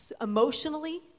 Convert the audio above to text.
emotionally